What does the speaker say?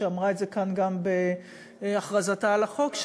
שאמרה את זה כאן גם בהכרזתה על החוק,